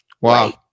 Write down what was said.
wow